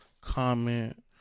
comment